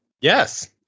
Yes